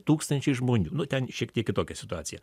tūkstančiai žmonių nu ten šiek tiek kitokia situacija